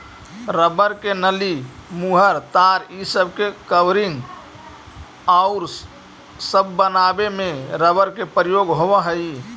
rubber के नली, मुहर, तार इ सब के कवरिंग औउर सब बनावे में रबर के प्रयोग होवऽ हई